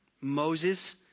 Moses